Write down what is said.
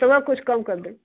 थोड़ा कुछ कम कर दो